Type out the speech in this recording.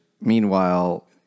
Meanwhile